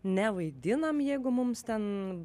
nevaidinam jeigu mums ten